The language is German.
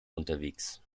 unterwegs